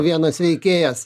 vienas veikėjas